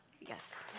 yes